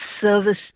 service